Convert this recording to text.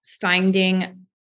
finding